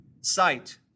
sight